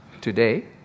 today